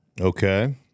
Okay